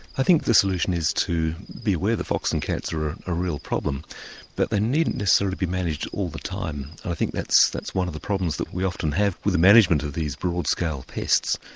i think the solution is to beware the foxes and cats are a real problem but they needn't necessarily be managed all the time. i think that's that's one of the problems that we often have with the management of these broad scale pests,